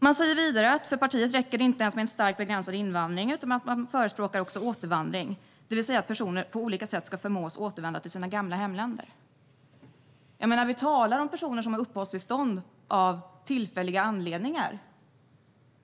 Man säger vidare att "för partiet räcker det inte ens med en starkt begränsad invandring utan man förespråkar också återvandring, dvs. att personer på olika sätt ska förmås återvända till sina gamla hemländer". Vi talar om personer som har uppehållstillstånd av tillfälliga anledningar.